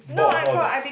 bored of all the